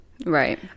Right